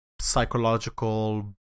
psychological